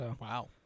Wow